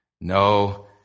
No